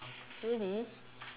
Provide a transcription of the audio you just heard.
really